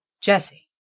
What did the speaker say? Jesse